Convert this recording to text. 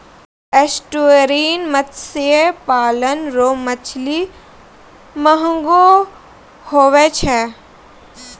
estuarine मत्स्य पालन रो मछली महगो हुवै छै